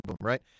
right